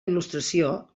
il·lustració